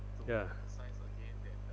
ya